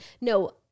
No